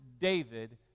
David